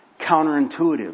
counterintuitive